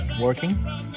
Working